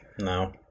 No